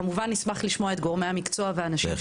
כמובן שנשמח לשמוע את גורמי המקצוע והאנשים.